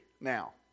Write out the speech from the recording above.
now